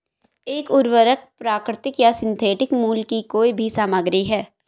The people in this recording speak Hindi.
एक उर्वरक प्राकृतिक या सिंथेटिक मूल की कोई भी सामग्री है